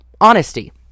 honesty